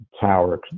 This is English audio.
tower